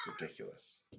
Ridiculous